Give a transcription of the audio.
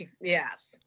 Yes